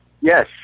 Yes